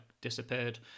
disappeared